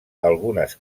algunes